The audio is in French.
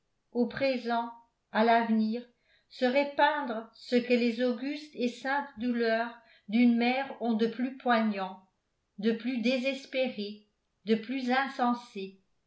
au présent à l'avenir serait peindre ce que les augustes et saintes douleurs d'une mère ont de plus poignant de plus désespéré de plus insensé